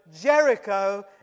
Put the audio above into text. Jericho